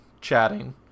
chatting